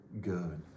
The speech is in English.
good